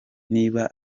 niba